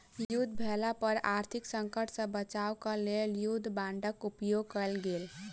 युद्ध भेला पर आर्थिक संकट सॅ बचाब क लेल युद्ध बांडक उपयोग कयल गेल